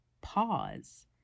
pause